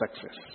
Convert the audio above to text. success